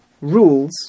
rules